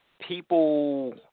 people